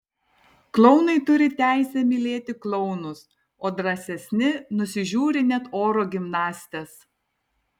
klounai turi teisę mylėti klounus o drąsesni nusižiūri net oro gimnastes